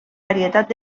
varietat